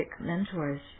mentors